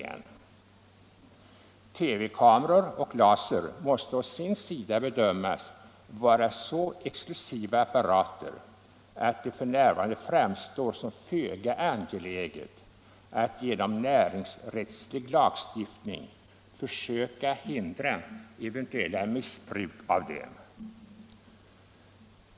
Vidare säger man att TV-kameror och laser ”måste bedömas vara så exklusiva apparater, att det för närvarande framstår som föga angeläget att försöka att genom någon form av näringsrättslig lagstiftning hindra att de missbrukas”.